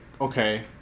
okay